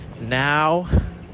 now